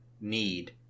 need